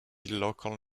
local